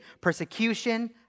persecution